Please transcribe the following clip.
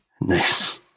Nice